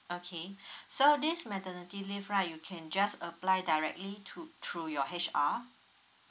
okay so this maternity leave right you can just apply directly through through your H_R